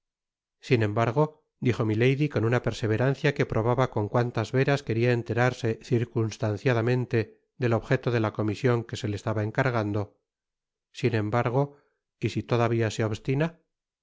sin embargo dijo milady con una perseverancia que probaba con cuantas veras queria enterarse circunstanciadamente del objeto de la comision que se le estaba encargando sin embargo y si todavia se obstina